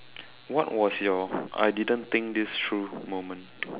what was your I didn't think this through moment